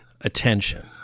attention